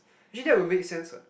actually that would make sense [what]